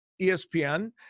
ESPN